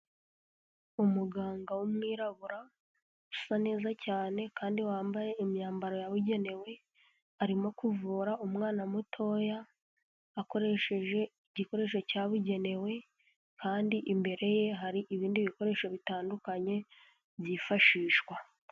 Umuganga w'umwirabura usa neza cyane kandi wambaye imyambaro yabugenewe, arimo kuvura umwana mutoya akoresheje igikoresho cyabugenewe kandi imbere ye hari ibindi bikoresho bitandukanye byifashishwa.